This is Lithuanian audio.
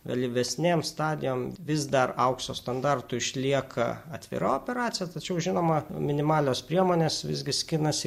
vėlyvesnėms stadijom vis dar aukso standartu išlieka atvira operacija tačiau žinoma minimalios priemonės visgi skinasi